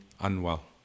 unwell